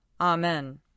Amen